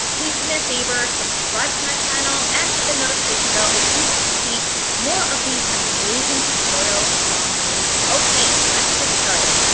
please do me a favour, subscribe to my channel and hit the notification bell if you want to see more of these amazing tutorials from me. okay, ah let's get started.